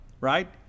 right